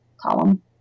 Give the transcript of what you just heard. column